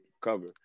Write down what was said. cover